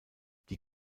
die